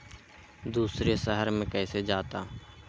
दूसरे शहर मे कैसे जाता?